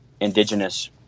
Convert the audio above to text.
indigenous